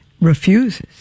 refuses